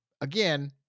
Again